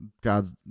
God's